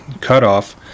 cutoff